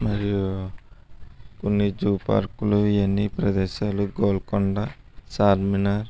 మరియు కొన్ని జూ పార్కులు ఇవన్నీ ప్రదేశాలు గోల్కొండ చార్మినార్